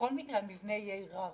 בכל מקרה,